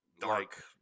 dark